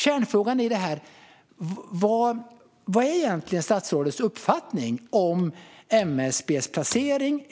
Kärnfrågan i detta är: Vad är egentligen statsrådets uppfattning om MSB:s placering?